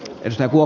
jos joku